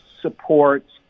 supports